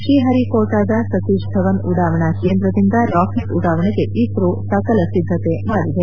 ಶ್ರೀಹರಿಕೋಟಾದ ಸತೀಶ್ ಧವನ್ ಉಡಾವಣ ಕೇಂದ್ರದಿಂದ ರಾಕೆಟ್ ಉಡಾವಣೆಗೆ ಇಸ್ರೋ ಸಕಲಸಿದ್ದತೆ ಮಾಡಿದೆ